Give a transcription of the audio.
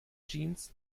jeans